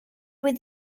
with